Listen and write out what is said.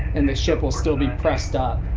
and the ship will still be pressed up